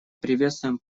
приветствуем